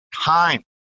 time